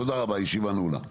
תודה רבה הישיבה נעולה.